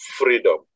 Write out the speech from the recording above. freedom